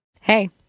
Hey